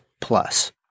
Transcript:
plus